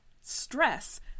stress